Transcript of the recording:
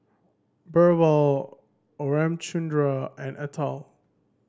Birbal Ramchundra and Atal